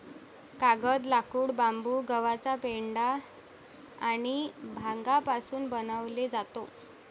कागद, लाकूड, बांबू, गव्हाचा पेंढा आणि भांगापासून बनवले जातो